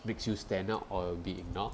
makes you stand out or be ignored